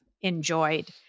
enjoyed